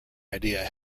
idea